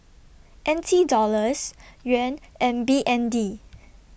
N T Dollars Yuan and B N D